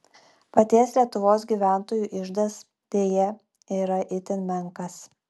paties lietuvos gyventojų iždas deja yra itin menkas